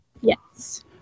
yes